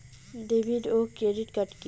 David ও credit card কি?